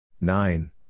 Nine